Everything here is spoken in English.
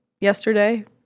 yesterday